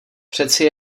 přeci